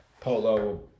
Polo